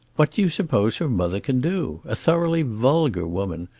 what do you suppose her mother can do a thoroughly vulgar woman.